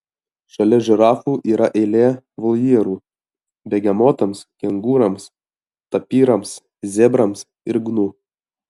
šalia žirafų yra eilė voljerų begemotams kengūroms tapyrams zebrams ir gnu